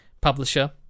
publisher